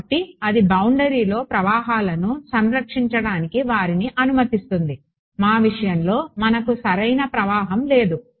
కాబట్టి అది బౌండరీలో ప్రవాహాలను సంరక్షించడానికి వారిని అనుమతిస్తుంది మా విషయంలో మనకు సరైన ప్రవాహం లేదు